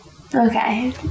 Okay